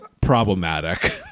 problematic